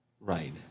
Right